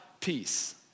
peace